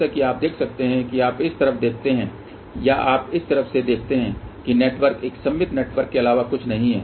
जैसा कि आप देख सकते हैं कि आप इस तरफ देखते हैं या आप इस तरफ से देखते हैं कि नेटवर्क एक सममित नेटवर्क के अलावा कुछ नहीं है